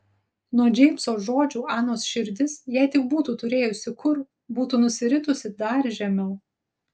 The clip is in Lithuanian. nuo džeimso žodžių anos širdis jei tik būtų turėjusi kur būtų nusiritusi dar žemiau